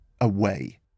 away